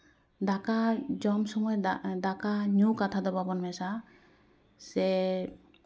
ᱫᱟᱠᱟ ᱡᱚᱢ ᱥᱚᱢᱚᱭ ᱫᱟᱜ ᱫᱟᱠᱟ ᱧᱩ ᱠᱟᱛᱷᱟ ᱫᱚ ᱵᱟᱵᱚᱱ ᱢᱮᱥᱟ ᱟᱜᱼᱟ ᱥᱮ